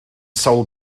sawl